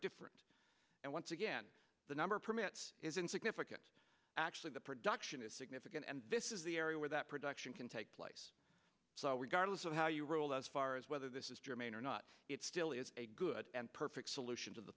different and once again the number of permits isn't significant actually the production is significant and this is the area where that production can take place so regardless of how you rule as far as whether this is germane or not it still is a good and perfect solution to the